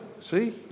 See